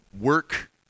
work